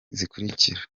zikurikira